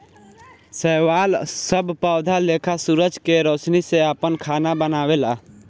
शैवाल सब पौधा लेखा सूरज के रौशनी से आपन खाना बनावेला